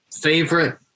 Favorite